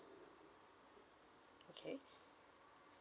okay